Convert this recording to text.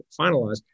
finalized